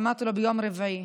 ואמרתי לו שביום רביעי.